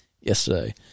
yesterday